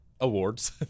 awards